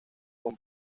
con